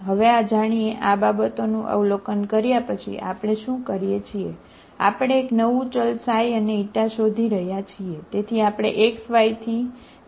હવે આ જાણીએ આ બાબતોનું અવલોકન કર્યા પછી આપણે શું કરીએ છીએ કે આપણે એક નવું ચલ ξ અને η શોધી રહ્યા છીએ